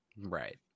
Right